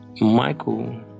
Michael